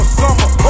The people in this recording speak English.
summer